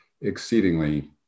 exceedingly